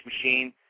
Machine